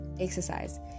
exercise